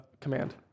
command